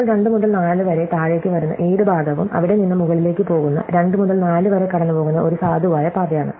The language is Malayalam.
ഇപ്പോൾ 2 മുതൽ 4 വരെ താഴേക്ക് വരുന്ന ഏത് ഭാഗവും അവിടെ നിന്ന് മുകളിലേക്ക് പോകുന്ന 2 മുതൽ 4 വരെ കടന്നുപോകുന്ന ഒരു സാധുവായ പാതയാണ്